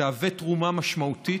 תהווה תרומה משמעותית,